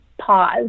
pause